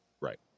right